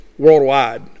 Worldwide